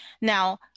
now